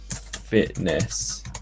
fitness